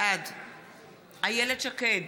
בעד איילת שקד,